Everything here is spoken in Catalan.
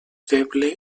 feble